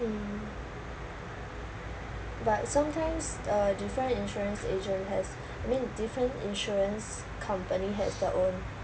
erm um but sometimes uh different insurance agent has I mean different insurance company has their own